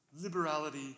liberality